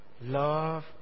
Love